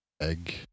egg